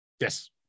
yes